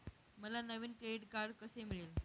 मला नवीन credit card कसे मिळेल?